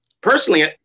personally